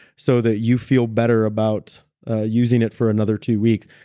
so that you feel better about using it for another two weeks.